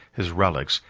his relics,